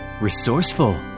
resourceful